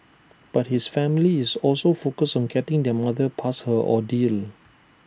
but his family is also focused on getting their mother past her ordeal